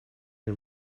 you